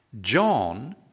John